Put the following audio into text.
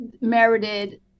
merited